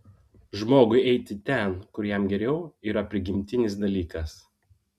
žmogui eiti ten kur jam geriau yra prigimtinis dalykas